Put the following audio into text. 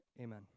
Amen